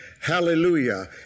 Hallelujah